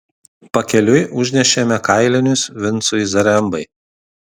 pakeliui užnešėme kailinius vincui zarembai